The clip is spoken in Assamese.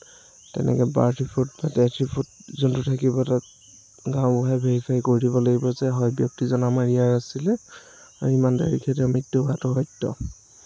তেনেকে বাৰ্থ ৰিপ'ৰ্ট ডেথ ৰিপ'ৰ্ট যোনটো থাকিব তাত গাঁওবুঢ়াই ভেৰিফাই কৰি দিব লাগিব যে হয় ব্যক্তিজন আমাৰ ইয়াৰ আছিলে আৰু ইমান তাৰিখে তেওঁৰ মৃত্যু হোৱাটো সত্য